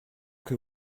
que